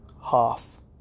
half